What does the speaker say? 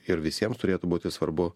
ir visiems turėtų būti svarbu